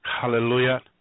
Hallelujah